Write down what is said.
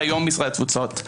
והיום משרד התפוצות.